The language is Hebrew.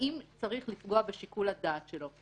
האם צריך לפגוע בשיקול הדעת שלו?